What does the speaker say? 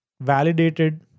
validated